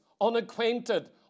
unacquainted